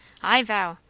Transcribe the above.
i vow!